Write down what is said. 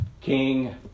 king